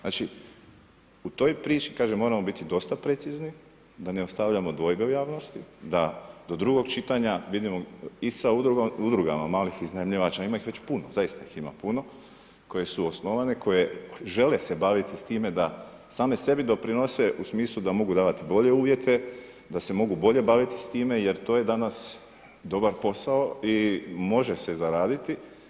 Znači u toj priči kažem, morasmo biti dosta precizni, da ne ostavljamo dvojbe u javnosti, da do drugog čitanja, vidimo sa udrugama malih iznajmljivača, a ima ih već puno, zaista ih ima puno, koje su osnovane, koje žele se baviti s time da sami sebi doprinose u smislu da mogu davati bolje uvjete, da se mogu bolje baviti s time jer to je danas dobar posao i može se zaraditi.